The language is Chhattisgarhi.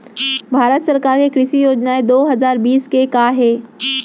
भारत सरकार के कृषि योजनाएं दो हजार बीस के का हे?